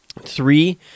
three